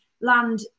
land